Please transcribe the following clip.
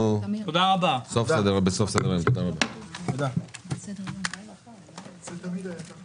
הישיבה ננעלה בשעה 13:22.